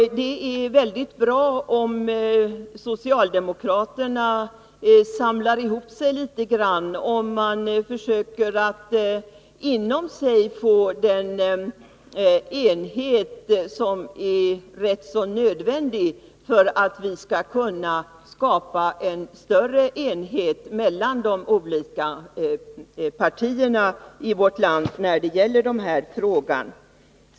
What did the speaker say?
Det är mycket bra om socialdemokraterna samlar ihop sig litet grand och försöker att inom sig få till stånd den enighet som är rätt nödvändig för att vi skall kunna skapa en större enighet mellan de olika partierna i vårt land när det gäller den här frågan.